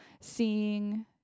seeing